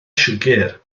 siwgr